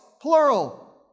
plural